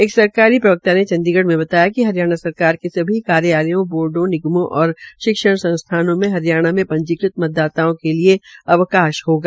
एक सरकारी प्रवक्ता ने चंडीगढ़ में बताया कि हरियाणा सरकार के सभी कार्यालयों बोर्डो निगमों और शैक्षणिक संस्थानों में हरियाणा में पंजीकृत मतदाताओं के लिये अवकाश होगा